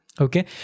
Okay